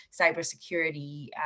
cybersecurity